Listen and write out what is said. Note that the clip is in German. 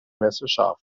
messerscharf